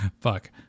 fuck